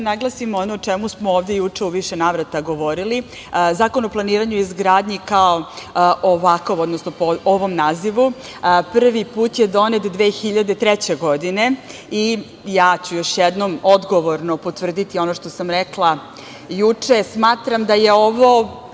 naglasim ono o čemu smo ovde juče u više navrata govorili. Zakon o planiranju i izgradnji, kao ovakav, odnosno po ovom nazivu, prvi put je donet 2003. godine i ja ću još jednom odgovorno potvrditi ono što sam rekla juče, smatram da je ovo,